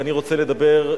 ואני רוצה לדבר,